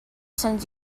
sends